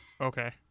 Okay